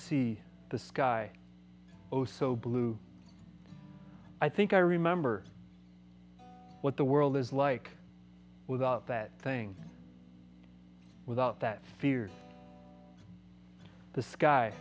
see the sky osso blue i think i remember what the world is like without that thing without that fear the sky